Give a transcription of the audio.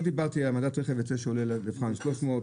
לא דיברתי על העמדת רכב שעולה הם המבחן 300,